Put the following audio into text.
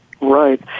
Right